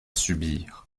subir